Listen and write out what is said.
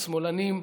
שמאלנים,